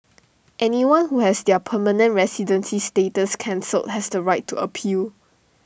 anyone who has their permanent residency status cancelled has the right to appeal